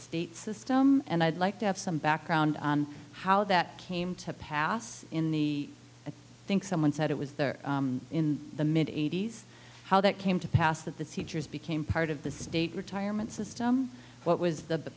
system and i'd like to have some background on how that came to pass in the i think someone said it was there in the mid eighty's how that came to pass that the teachers became part of the state retirement system what was the